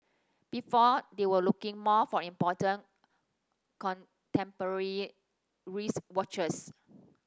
before they were looking more for important contemporary wristwatches